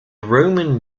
roman